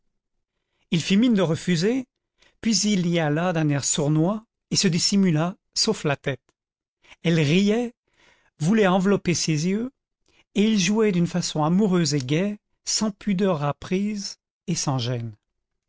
il fit mine de refuser puis il y alla d'un air sournois et se dissimula sauf la tête elle riait voulait envelopper ses yeux et ils jouaient d'une façon amoureuse et gaie sans pudeur apprise et sans gêne